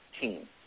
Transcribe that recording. team